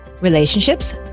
Relationships